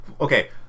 Okay